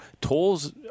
tolls